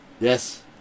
Yes